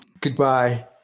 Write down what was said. Goodbye